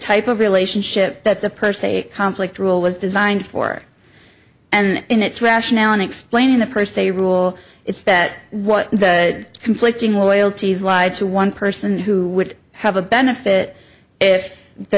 type of relationship that the per se conflict rule was designed for and in its rationale in explaining the per se rule is that what conflicting loyalties lie to one person who would have a benefit if the